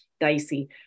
dicey